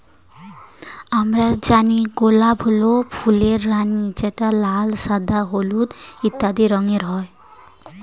আমরা জানি গোলাপ হল ফুলের রানী যেটা লাল, সাদা, হলুদ ইত্যাদি রঙের হয়